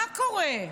מה קורה?